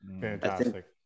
Fantastic